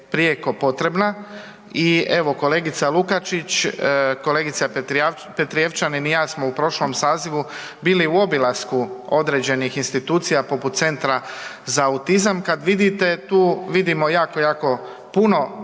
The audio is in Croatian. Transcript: prijeko potrebna i evo kolegica Lukačić, kolegica Petrijevčanin i ja smo u prošlom sazivu bili u obilasku određenih institucija poput centra za autizam kad vidite tu, vidimo jako, jako puno